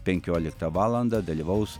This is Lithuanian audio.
penkioliktą valandą dalyvaus